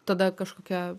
tada kažkokia